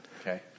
Okay